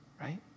right